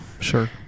Sure